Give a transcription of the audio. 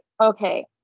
okay